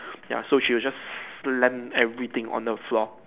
ya so she will just slam everything on the floor